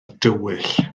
dywyll